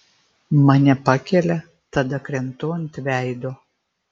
mane pakelia tada krentu ant veido